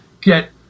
get